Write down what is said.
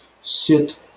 sit